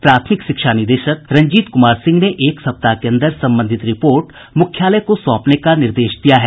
प्राथमिक शिक्षा निदेशक रंजीत कुमार सिंह ने एक सप्ताह के अन्दर संबंधित रिपोर्ट मुख्यालय को सौंपने का निर्देश दिया है